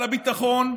על הביטחון,